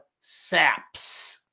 SAPs